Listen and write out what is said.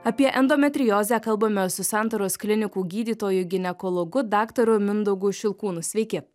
apie endometriozę kalbame su santaros klinikų gydytoju ginekologu daktaru mindaugu šilkūnu sveiki